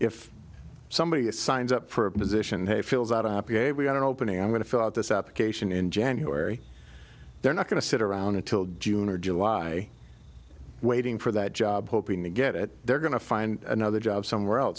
if somebody signs up for a position he fills out a happy a we had an opening i'm going to fill out this application in january they're not going to sit around until june or july waiting for that job hoping to get it they're going to find another job somewhere